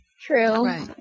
True